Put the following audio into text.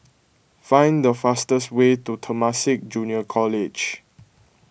find the fastest way to Temasek Junior College